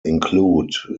include